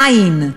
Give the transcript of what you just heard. אין.